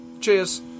cheers